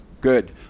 Good